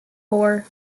four